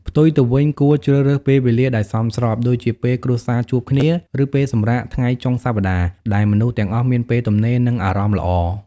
ផ្ទុយទៅវិញ គួរជ្រើសរើសពេលវេលាដែលសមស្រប ដូចជាពេលគ្រួសារជួបគ្នា ឬពេលសម្រាកថ្ងៃចុងសប្តាហ៍ ដែលមនុស្សទាំងអស់មានពេលទំនេរ និងអារម្មណ៍ល្អ។